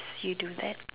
if you do that